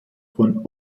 von